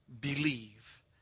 believe